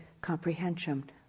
comprehension